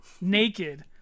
naked